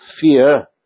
fear